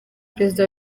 perezida